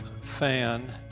fan